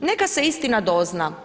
Neka se istina dozna.